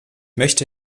möchte